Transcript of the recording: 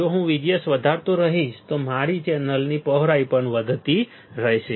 જો હું VGS વધારતો રહીશ તો મારી ચેનલની પહોળાઈ પણ વધતી રહેશે